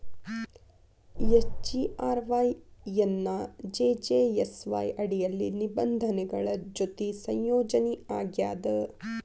SGRY ಎನ್ನಾ JJSY ಅಡಿಯಲ್ಲಿ ನಿಬಂಧನೆಗಳ ಜೊತಿ ಸಂಯೋಜನಿ ಆಗ್ಯಾದ